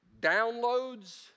downloads